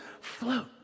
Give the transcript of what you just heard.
float